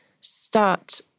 start